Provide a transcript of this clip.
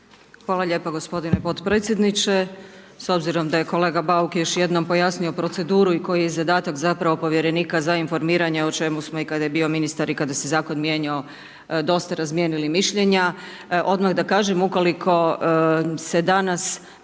Hvala lijepo gospodine podpredsjedniče. S obzirom da je kolega Bauk još jednom pojasnio proceduru i koji je zadatak zapravo Povjerenika za informiranje, o čemu smo i kad je bio ministar, i kada se Zakon mijenjao, dosta razmijenili mišljenja, odmah da kažem ukoliko se danas